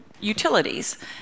utilities